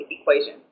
equation